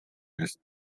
millest